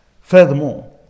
Furthermore